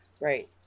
right